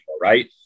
right